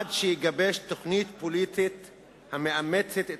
עד שיגבש תוכנית פוליטית המאמצת את